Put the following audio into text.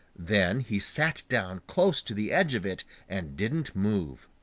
then he sat down close to the edge of it and didn't move.